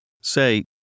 Say